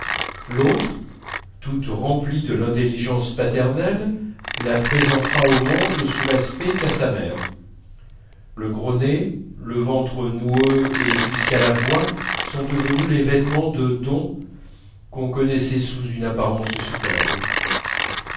l'autre toute remplie de l'intelligence paternelle la présentera au monde sous l'aspect qu'a sa mère le gros nez le ventre noueux et jusqu'à la voix sont devenus les vêtements de dons qu'on connaissait sous une apparence superbe